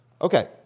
Okay